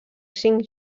cinc